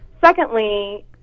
secondly